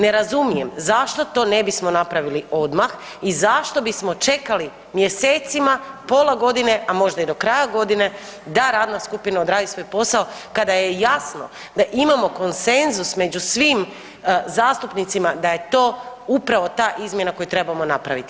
Ne razumijem, zašto to ne bismo napravili odmah i zašto bismo čekali mjesecima, pola godine, a možda i do kraja godine, da radna skupina odradi svoj posao, kada je jasno da imamo konsenzus među svim zastupnicima, da je to upravo ta izmjena koju trebamo napraviti.